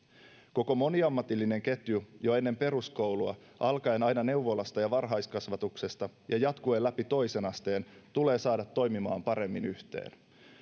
koko moniammatillinen ketju jo ennen peruskoulua alkaen aina neuvolasta ja varhaiskasvatuksesta ja jatkuen läpi toisen asteen tulee saada toimimaan paremmin yhteen